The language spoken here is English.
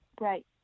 right